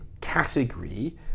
category